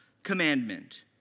commandment